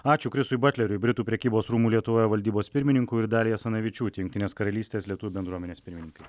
ačiū krisui butleriui britų prekybos rūmų lietuvoje valdybos pirmininkui ir daliai asanavičiūtei jungtinės karalystės lietuvių bendruomenės pirmininkei